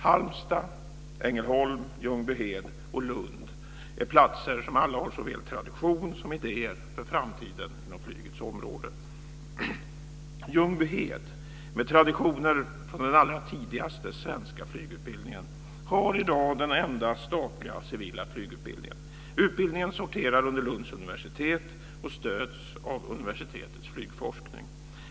Halmstad, Ängelholm, Ljungbyhed och Lund är platser som alla har såväl tradition som idéer för framtiden inom flygets område. Ljungbyhed med traditioner från den allra tidigaste svenska flygutbildningen har i dag den enda statliga civila flygutbildningen. Utbildningen sorterar under Lunds universitet och stöds av universitetets flygforskning.